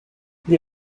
des